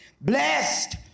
Blessed